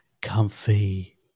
comfy